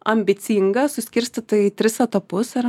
ambicinga suskirstyta į tris etapus ar